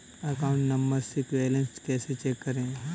Account number से balance कैसे check करें?